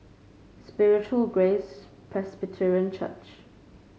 Spiritual Grace Presbyterian Church